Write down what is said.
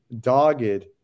dogged